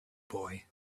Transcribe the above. boy